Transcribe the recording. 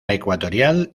ecuatorial